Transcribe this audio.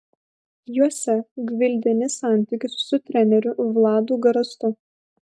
juose gvildeni santykius su treneriu vladu garastu